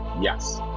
yes